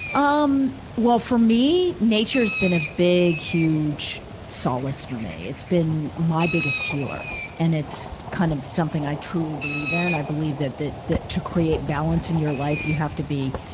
um well, for me, nature's been a big, huge solace for me. it's been my biggest healer. and it's kind of something i truly believe in. i believe that, that, that to create balance in your life, you have to be,